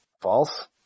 False